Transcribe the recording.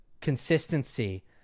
consistency